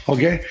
Okay